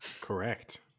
Correct